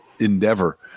endeavor